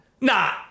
Nah